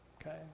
okay